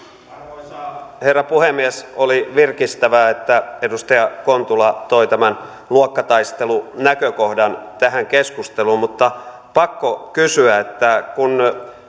arvoisa herra puhemies oli virkistävää että edustaja kontula toi tämän luokkataistelunäkökohdan tähän keskusteluun mutta pakko kysyä kun